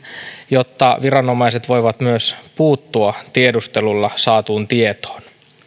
jotta viranomaiset voivat myös puuttua tiedustelulla saatuun tietoon